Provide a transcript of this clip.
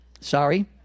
sorry